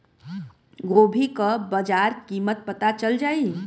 गोभी का बाजार कीमत पता चल जाई?